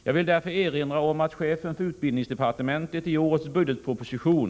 Jag vill därför erinra om att chefen för utbildningsdepartementet i årets budgetproposition (prop. 1984/85:100, bil.